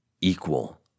equal